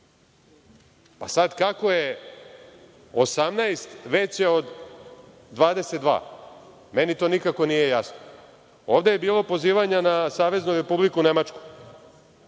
kako je 18 veće od 22? Meni to nikako nije jasno. Ovde je bilo pozivanja na Saveznu Republiku Nemačku.